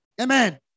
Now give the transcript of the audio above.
Amen